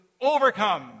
overcome